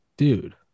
Dude